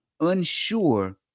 Unsure